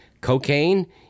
cocaine